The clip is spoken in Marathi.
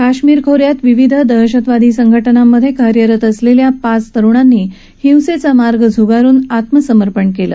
काश्मिर खो यात विविध दहशतवादी संघटनांमधे कार्यरत असलेल्या पाच तरुणांनी हिंसेचा मार्ग झुगारुन आत्मसमर्पण केलं